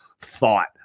thought